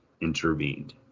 intervened